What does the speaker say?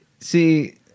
see